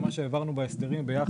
שהעברנו בהסדרים ביחד,